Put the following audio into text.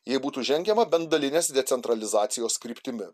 jei būtų žengiama bent dalinės decentralizacijos kryptimi